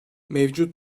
mevcut